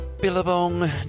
Billabong